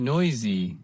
Noisy